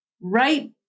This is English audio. right